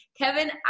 Kevin